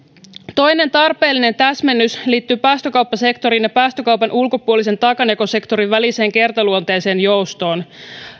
toinen tarpeellinen täsmennys liittyy päästökauppasektorin ja päästökaupan ulkopuolisen taakanjakosektorin väliseen kertaluonteiseen joustoon